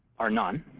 are none.